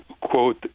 quote